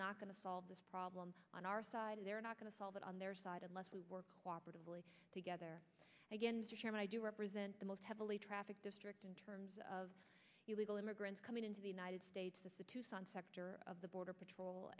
not going to solve this problem on our side they're not going to solve it on their side unless we work cooperatively together again and i do represent the most traffic district in terms of illegal immigrants coming into the united states the tucson sector of the border patrol